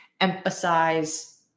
emphasize